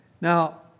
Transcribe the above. Now